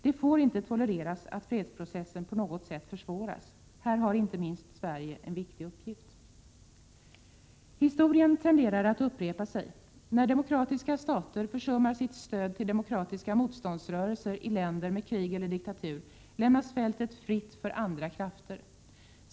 Det får inte tolereras att fredsprocessen på något sätt försvåras. Här har inte minst Sverige en viktig uppgift. Historien tenderar att upprepa sig. När demokratiska stater försummar sitt stöd till demokratiska motståndsrörelser i länder med krig eller diktatur lämnas fältet fritt för andra krafter.